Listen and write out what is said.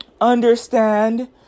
understand